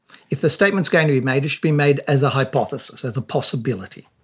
if the statement is going to be made it should be made as a hypothesis, as a possibility.